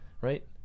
right